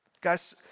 Guys